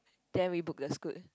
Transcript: then we book the Scoot